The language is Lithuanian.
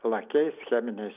lakiais cheminiais